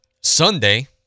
Sunday